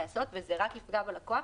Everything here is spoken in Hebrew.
והדרך שהצעת רק תפגע בלקוח.